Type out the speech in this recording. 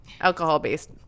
alcohol-based